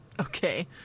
Okay